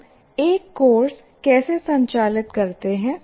हम एक कोर्स कैसे संचालित करते हैं